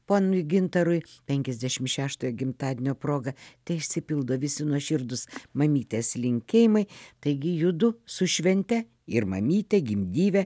ponui gintarui penkiasdešimt šeštojo gimtadienio proga teišsipildo visi nuoširdūs mamytės linkėjimai taigi judu su švente ir mamyte gimdyvę